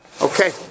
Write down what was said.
Okay